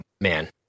man